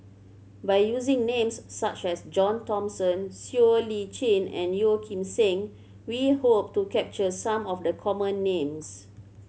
by using names such as John Thomson Siow Lee Chin and Yeo Kim Seng we hope to capture some of the common names